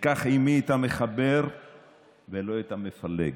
אקח עימי את המחבר ולא את המפלג,